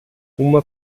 uma